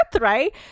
Right